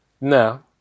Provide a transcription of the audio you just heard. No